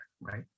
right